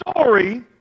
story